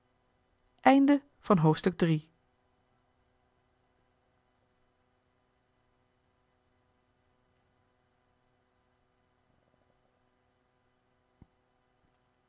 men van het